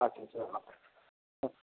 আচ্ছা আচ্ছা হ্যাঁ